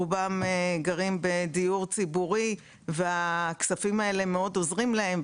רובם גרים בדיור ציבורי והכספים האלה מאוד עוזרים להם.